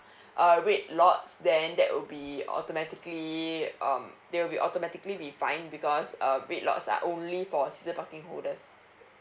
uh red lots then that will be automatically um they will be authentically be fined because um red lots are only for season parking holders